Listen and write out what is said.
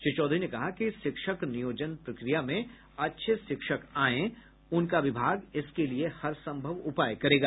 श्री चौधरी ने कहा कि शिक्षक नियोजन प्रक्रिया में अच्छे शिक्षक आयें उनका विभाग इसके लिये हरसंभव उपाय करेगा